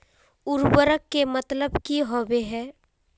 उर्वरक के मतलब की होबे है?